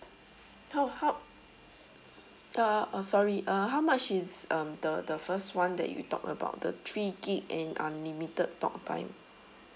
how how uh uh sorry uh how much is um the the first one that you talked about the three gig and unlimited talk time